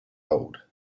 old